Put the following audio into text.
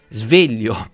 sveglio